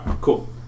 Cool